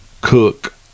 Cook